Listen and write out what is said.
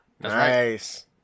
Nice